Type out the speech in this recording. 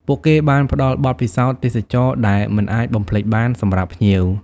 ពួកគេបានផ្តល់បទពិសោធន៍ទេសចរណ៍ដែលមិនអាចបំភ្លេចបានសម្រាប់ភ្ញៀវ។